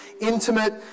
intimate